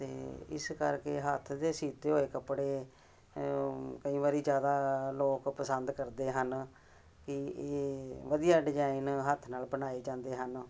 ਅਤੇ ਇਸ ਕਰਕੇ ਹੱਥ ਦੇ ਸੀਤੇ ਹੋਏ ਕੱਪੜੇ ਕਈ ਵਾਰੀ ਜ਼ਿਆਦਾ ਲੋਕ ਪਸੰਦ ਕਰਦੇ ਹਨ ਕਿ ਇਹ ਵਧੀਆ ਡਿਜ਼ਾਇਨ ਹੱਥ ਨਾਲ ਬਣਾਏ ਜਾਂਦੇ ਹਨ